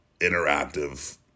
interactive